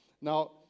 Now